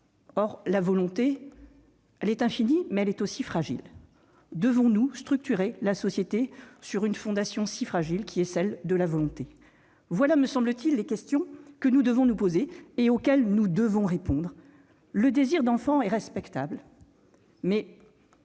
Or la volonté est infinie, mais elle est aussi fragile. Devons-nous structurer la société sur un fondement aussi fragile que celui de la volonté ? Voilà, me semble-t-il, les questions que nous devons nous poser et auxquelles nous devons répondre. Le désir d'enfant est respectable, mais